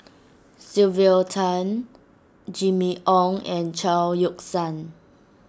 Sylvia Tan Jimmy Ong and Chao Yoke San